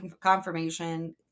confirmation